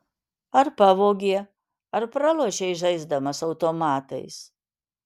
ar pavogė ar pralošei žaisdamas automatais